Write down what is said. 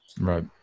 Right